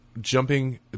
jumping